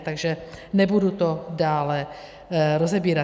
Takže nebudu to dále rozebírat.